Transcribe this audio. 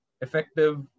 effective